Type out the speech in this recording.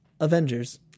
Avengers